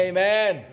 Amen